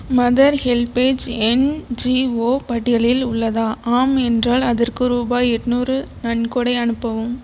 mother HelpAge NGO பட்டியலில் உள்ளதா ஆம் என்றால் அதற்கு ரூபாய் எட்ணூறு நன்கொடை அனுப்பவும்